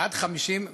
עד 50 דקות.